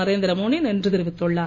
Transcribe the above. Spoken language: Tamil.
நரேந்திரமோடி நன்றி தெரிவித்துள்ளார்